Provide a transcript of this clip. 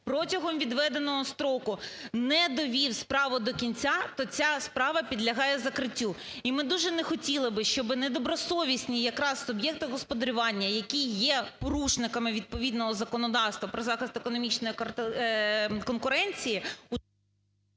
протягом відведеного строку не довів справу до кінця, то ця справа підлягає закриттю. І ми дуже не хотіли би, щоб недобросовісні якраз суб'єкти господарювання, які є порушниками відповідного законодавства про захист економічної конкуренції…